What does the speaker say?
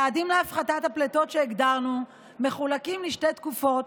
היעדים להפחתת הפליטות שהגדרנו מחולקים לשתי תקופות,